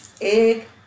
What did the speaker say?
Egg